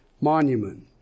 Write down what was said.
Monument